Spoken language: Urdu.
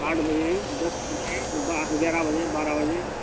آٹھ بجے دس بجے با گیارہ بجے بارہ بجے